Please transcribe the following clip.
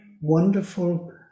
wonderful